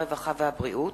הרווחה והבריאות,